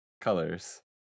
colors